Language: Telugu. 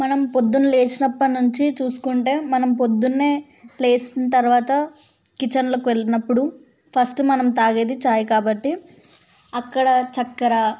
మనం పొద్దున్న లేచినప్పటి నుంచి చూసుకుంటే మనం పొద్దున్న లేచిన తర్వాత కిచెన్లో వెళ్ళినప్పుడు ఫస్టు మనం తాగేది చాయ్ కాబట్టి అక్కడ చక్కర